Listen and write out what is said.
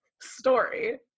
story